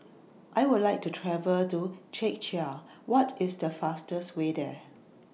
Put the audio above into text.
I Would like to travel to Czechia What IS The fastest Way There